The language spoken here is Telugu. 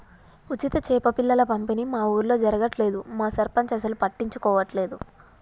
ఉచిత చేప పిల్లల పంపిణీ మా ఊర్లో జరగట్లేదు మా సర్పంచ్ అసలు పట్టించుకోవట్లేదు